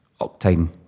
octane